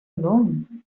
known